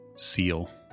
seal